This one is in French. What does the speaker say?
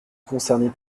concernées